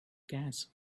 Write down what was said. gas